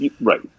Right